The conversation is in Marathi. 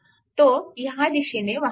तो ह्या दिशेने वाहत आहे